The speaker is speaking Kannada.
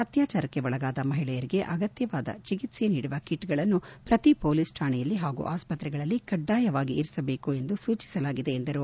ಅತ್ವಾಚಾರಕ್ಕೆ ಒಳಗಾದ ಮಹಿಳೆಯರಿಗೆ ಅಗತ್ವವಾದ ಚಿಕಿತ್ಸೆ ನೀಡುವ ಕಿಟ್ಗಳನ್ನು ಪ್ರತಿ ಮೊಲೀಸ್ ಠಾಣೆಗಳಲ್ಲಿ ಹಾಗೂ ಆಸ್ಪತ್ರೆಗಳಲ್ಲಿ ಕಡ್ನಾಯವಾಗಿ ಇಡಬೇಕು ಎಂದು ಸೂಚಿಸಲಾಗಿದೆ ಎಂದರು